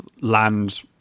land